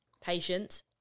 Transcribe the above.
patience